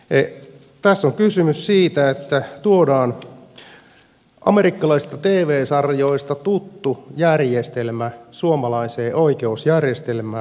tässä on kysymys siitä että tuodaan amerikkalaisista tv sarjoista tuttu järjestelmä suomalaiseen oikeusjärjestelmään